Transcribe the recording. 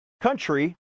country